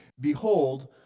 Behold